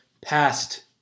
past